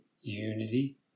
unity